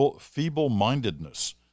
feeble-mindedness